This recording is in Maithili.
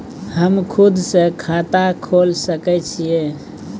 हम खुद से खाता खोल सके छीयै?